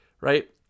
right